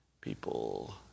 people